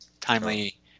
Timely